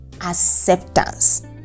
acceptance